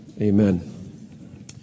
Amen